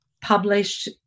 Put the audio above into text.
published